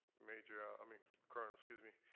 major i mean colonel, excuse me.